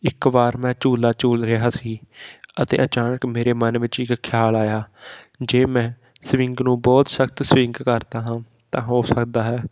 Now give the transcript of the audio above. ਇੱਕ ਵਾਰ ਮੈਂ ਝੂਲਾ ਝੂਲ ਰਿਹਾ ਸੀ ਅਤੇ ਅਚਾਨਕ ਮੇਰੇ ਮਨ ਵਿੱਚ ਇੱਕ ਖਿਆਲ ਆਇਆ ਜੇ ਮੈਂ ਸਵਿੰਗ ਨੂੰ ਬਹੁਤ ਸਖ਼ਤ ਸਵਿੰਗ ਕਰਦਾ ਹਾਂ ਤਾਂ ਹੋ ਸਕਦਾ ਹੈ